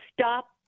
stop